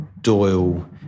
Doyle